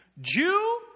Jew